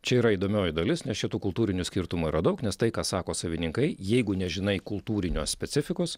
čia yra įdomioji dalis nes čia tų kultūrinių skirtumų yra daug nes tai ką sako savininkai jeigu nežinai kultūrinio specifikos